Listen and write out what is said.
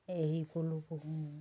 এৰী পলু পুহোঁ